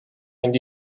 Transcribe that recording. and